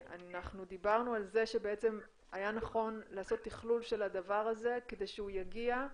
דיברנו על זה שבעצם היה נכון לעשות תכלול של הדבר הזה כדי שהוא יגיע,